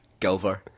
Gilver